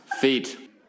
Feet